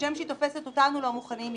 כשם שהיא תופסת אותנו לא מוכנים,